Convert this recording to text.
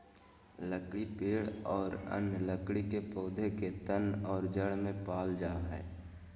लकड़ी पेड़ और अन्य लकड़ी के पौधा के तन और जड़ में पाल जा हइ